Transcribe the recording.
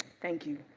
thank you.